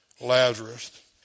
Lazarus